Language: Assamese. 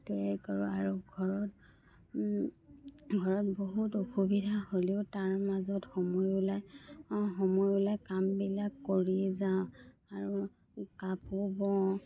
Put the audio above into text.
তৈয়াৰ কৰোঁ আৰু ঘৰত ঘৰত বহুত অসুবিধা হ'লেও তাৰ মাজত সময় ওলাই সময় ওলাই কামবিলাক কৰি যাওঁ আৰু কাপোৰ বওঁ